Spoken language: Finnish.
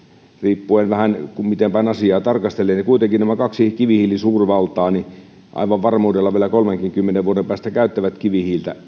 riippuen vähän miten päin asiaa tarkastelee kuitenkin nämä kaksi kivihiilisuurvaltaa aivan varmuudella vielä kolmenkymmenen vuodenkin päästä käyttävät kivihiiltä